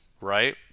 right